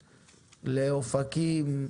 אופקים,